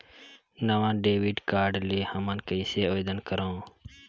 नवा debit card ले हमन कइसे आवेदन करंव?